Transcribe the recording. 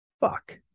Fuck